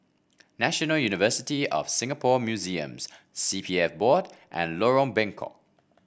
National University of Singapore Museums C P F Board and Lorong Bengkok